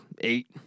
eight